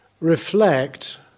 reflect